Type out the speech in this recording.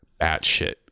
batshit